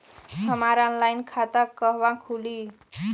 हमार ऑनलाइन खाता कहवा खुली?